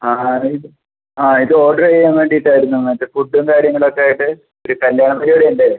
ആ ആരാ ഇത് ആ ഇത് ഓർഡർ ചെയ്യാൻ വേണ്ടീട്ട് ആയിരുന്നു മറ്റേ ഫുഡും കാര്യങ്ങളക്കെ ആയിട്ട് ഒരു കല്ല്യാണ പരിപാടി ഉണ്ട്